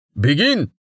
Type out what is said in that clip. Begin